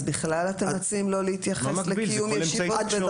אז בכלל אתם מציעים לא להתייחס לקיום ישיבות?